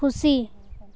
ᱠᱷᱩᱥᱤ